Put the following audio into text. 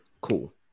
Cool